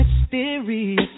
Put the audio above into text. mysterious